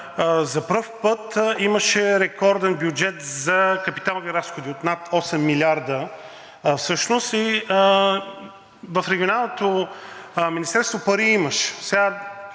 за пръв път имаше рекорден бюджет за капиталови разходи от над 8 милиарда –всъщност и в Регионалното министерство пари имаше,